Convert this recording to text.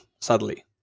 sadly